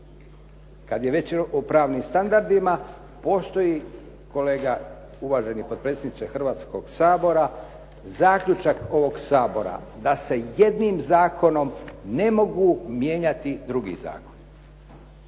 Kad je već o pravnim standardima, postoji kolega uvaženi potpredsjedniče Hrvatskog sabora zaključak ovog Sabora da se jednim zakonom ne mogu mijenjati drugi zakoni